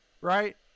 right